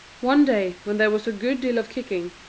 one day, when there was a good deal of kicking,